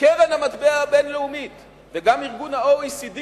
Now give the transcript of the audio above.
קרן המטבע הבין-לאומית וגם ה-OECD,